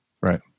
Right